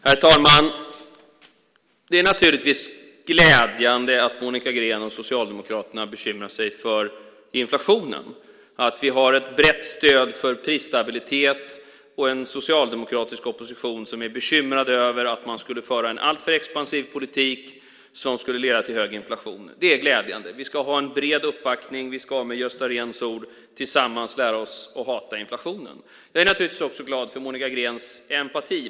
Herr talman! Det är naturligtvis glädjande att Monica Green och Socialdemokraterna bekymrar sig för inflationen, att vi har ett brett stöd för prisstabilitet och en socialdemokratisk opposition som är bekymrad över att man skulle föra en alltför expansiv politik som skulle leda till hög inflation. Det är glädjande. Vi ska ha en bred uppbackning. Vi ska, med Gösta Rehns ord, tillsammans lära oss att hata inflationen. Jag är naturligtvis också glad för Monica Greens empati.